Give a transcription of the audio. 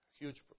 Huge